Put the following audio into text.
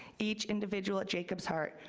each individual at jacob's heart,